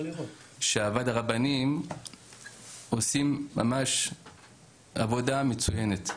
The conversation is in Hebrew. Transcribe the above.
שוועד הרבנים עושים ממש עבודה מצוינת.